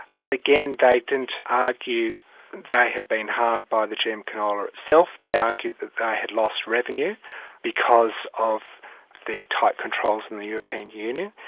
but again they didn't argue that they had been harmed by the gm canola itself, they argued that they had lost revenue because of the tight controls in the european union,